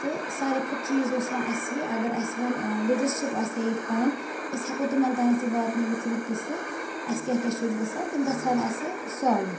تہٕ ساروی کھۄتہٕ چیٖز اوس وۄنۍ اَسہِ یہِ اگر اَسہِ وۄنۍ لیٖڈَر شِپ آسِہ ہے ییٚتہِ پَنٕنۍ أسۍ ہٮ۪کَو تِمَن تانٮ۪تھ یہِ واتنٲیِتھ یِم قٕصہٕ اَسہِ کیٛاہ کیٛاہ چھِ اَسہِ گژھان تِم گژھن اَسہِ سالوٗ